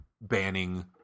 banning